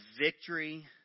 victory